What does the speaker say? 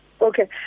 Okay